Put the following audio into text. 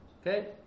Okay